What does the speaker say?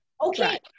Okay